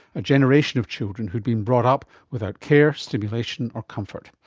a generation of children who had been brought up without care, stimulation or comfort.